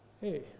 hey